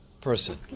person